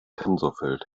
tensorfeld